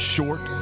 Short